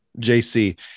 jc